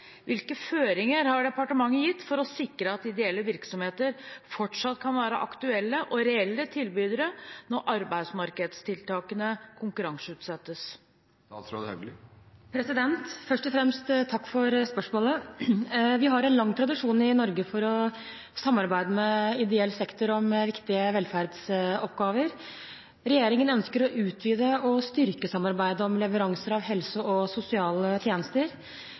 Hvilke føringer har departementet gitt for å sikre at ideelle virksomheter fortsatt kan være aktuelle og reelle tilbydere når arbeidsmarkedstiltakene konkurranseutsettes?» Først og fremst takk for spørsmålet. Vi har en lang tradisjon i Norge for å samarbeide med ideell sektor om viktige velferdsoppgaver. Regjeringen ønsker å utvide og styrke samarbeidet om leveranser av helse- og